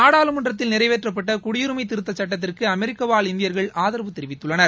நாடாளுமன்றத்தில் நிறைவேற்றப்பட்ட குடியுரிமை திருத்த சட்டத்திற்கு அமெரிக்கா வாழ் இந்தியர்கள் ஆதரவு தெரிவித்துள்ளார்கள்